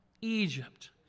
Egypt